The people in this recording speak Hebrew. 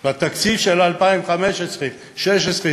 בתקציב של 2015 2016,